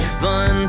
fun